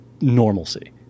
normalcy